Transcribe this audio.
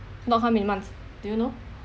lock how many months do you know